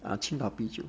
uh 青岛啤酒